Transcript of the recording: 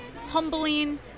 humbling